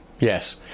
Yes